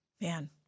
Man